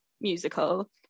musical